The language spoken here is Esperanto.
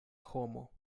homo